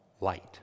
Light